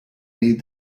need